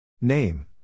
Name